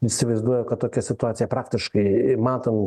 įsivaizduoju kad tokia situacija praktiškai matan